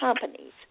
companies